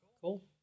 cool